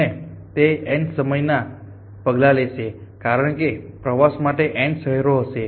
અને તે N સમયના પગલાં લેશે કારણ કે પ્રવાસ માટે N શહેરો હશે